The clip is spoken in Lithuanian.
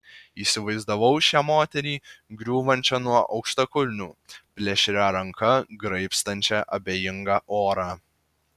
įsivaizdavau šią moterį griūvančią nuo aukštakulnių plėšria ranka graibstančią abejingą orą